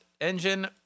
Engine